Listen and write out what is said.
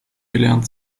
gelernt